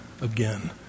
again